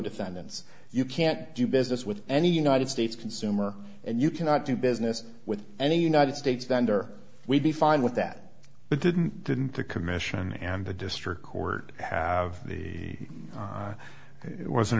defendants you can't do business with any united states consumer and you cannot do business with any united states vendor we'd be fine with that but didn't didn't the commission and the district court have the